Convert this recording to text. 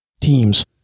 teams